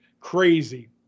crazy